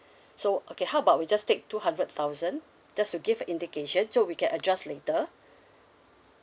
so okay how about we just take two hundred thousand just to give a indication so we can adjust later